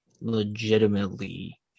legitimately